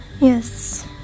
Yes